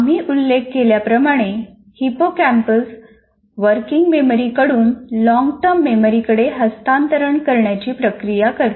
आम्ही उल्लेख केल्याप्रमाणे हिपोकॅम्पस वर्किंग मेमरी कडून लॉन्ग टर्म मेमरी कडे हस्तांतरण करण्याची प्रक्रिया करते